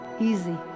easy